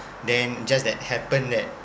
then just that happened that